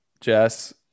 Jess